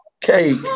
Cake